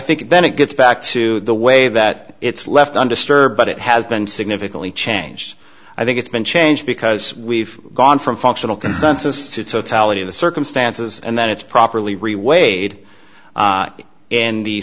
think then it gets back to the way that it's left undisturbed but it has been significantly changed i think it's been changed because we've gone from functional consensus to totality of the circumstances and then it's properly re weighed in the